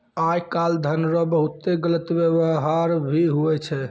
आय काल धन रो बहुते गलत वेवहार भी हुवै छै